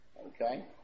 okay